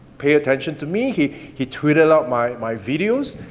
pay attention to me, he he tweet a lot my my videos,